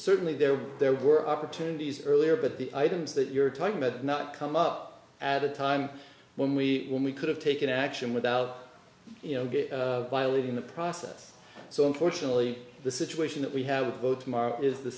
certainly there were there were opportunities earlier but the items that you're talking about not come up at a time when we when we could have taken action without you know by leaving the process so unfortunately the situation that we have both tomorrow is the